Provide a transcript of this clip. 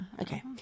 Okay